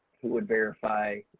who would verify,